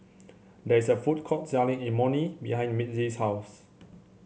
there is a food court selling Imoni behind Mitzi's house